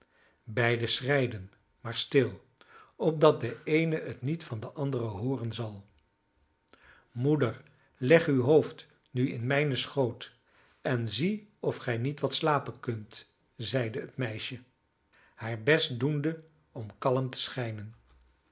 beiden schreiden maar stil opdat de eene het niet van de andere hooren zal moeder leg uw hoofd nu in mijnen schoot en zie of gij niet wat slapen kunt zeide het meisje haar best doende om kalm te schijnen